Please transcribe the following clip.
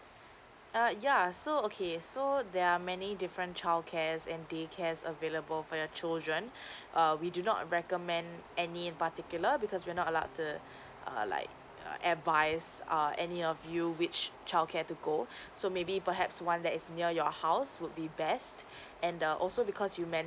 err yeah so okay so there are many different childcares and day cares available for your children err we do not recommend any in particular because we're not allowed to err like advice uh any of you which childcare to go so maybe perhaps one that is near your house would be best and the also because you